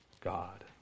God